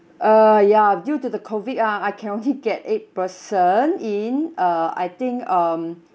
uh ya due to the COVID ah I can only get eight person in uh I think um